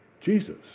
Jesus